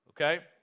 okay